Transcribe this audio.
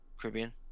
Caribbean